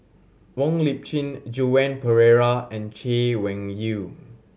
Wong Lip Chin Joan Pereira and Chay Weng Yew